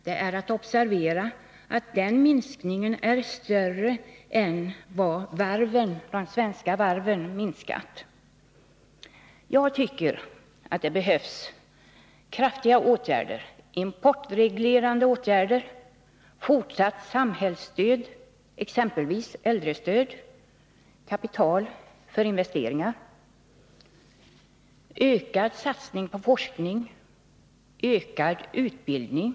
Det är att observera att den minskningen är större än minskningen när det gäller de svenska varven. Jag tycker att det behövs kraftiga åtgärder, importreglerande åtgärder, fortsatt samhällsstöd — exempelvis äldrestöd —, kapital för investeringar, ökad satsning på forskning och mer utbildning.